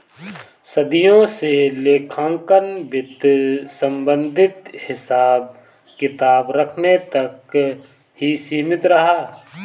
सदियों से लेखांकन वित्त संबंधित हिसाब किताब रखने तक ही सीमित रहा